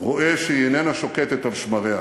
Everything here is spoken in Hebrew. רואה שהיא איננה שוקטת על שמריה,